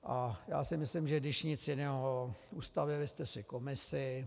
A já si myslím, že když nic jiného, ustavili jste si komisi.